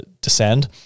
descend